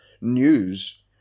news